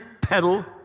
pedal